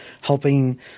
helping